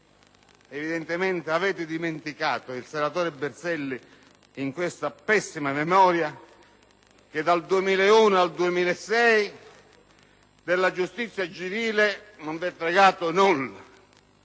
evidentemente avete dimenticato - il senatore Berselli in questo ha pessima memoria - che dal 2001 al 2006 della giustizia civile non vi è importato nulla,